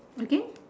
okay